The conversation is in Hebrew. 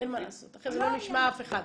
אין מה לעשות, אחרי זה לא נשמע אף אחד.